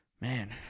man